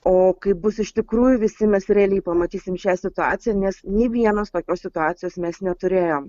o kaip bus iš tikrųjų visi mes realiai pamatysim šią situaciją nes nė vienos tokios situacijos mes neturėjom